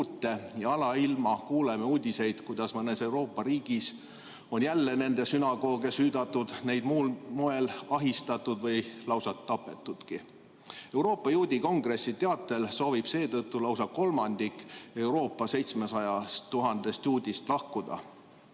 ja alailma kuuleme uudiseid, kuidas mõnes Euroopa riigis on jälle nende sünagooge süüdatud, neid muul moel ahistatud või lausa tapetudki. Euroopa Juudi Kongressi teatel soovib seetõttu lausa kolmandik Euroopa 700 000 juudist lahkuda.